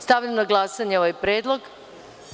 Stavljam na glasanje ovaj predlog.